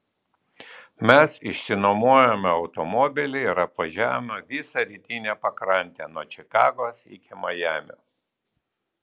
mes išsinuomojome automobilį ir apvažiavome visą rytinę pakrantę nuo čikagos iki majamio